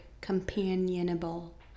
companionable